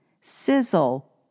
sizzle